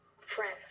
Friends